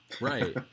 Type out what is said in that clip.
right